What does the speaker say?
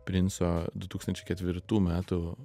princo du tūkstančiai ketvirtų metų